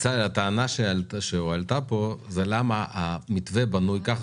הטענה שהועלתה כאן היא למה המתווה בנוי כך